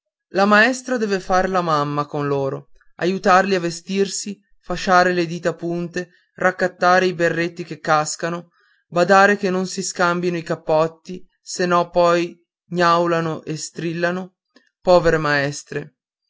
la maestra deve far la mamma con loro aiutarli a vestirsi fasciare le dita punte raccattare i berretti che cascano badare che non si scambino i cappotti se no poi gnaulano e strillano povere maestre